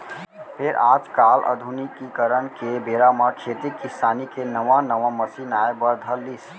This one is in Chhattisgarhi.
फेर आज काल आधुनिकीकरन के बेरा म खेती किसानी के नवा नवा मसीन आए बर धर लिस